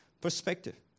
perspective